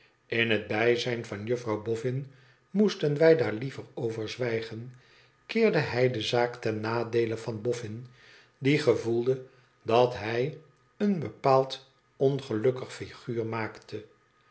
in het bijzijn van juffrouw boffin moesten wij daar liever over zwijgen keerde hij de zaak ten nadeele van boffin die gevoelde dat hij een